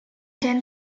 ten